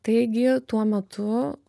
taigi tuo metu